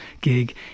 gig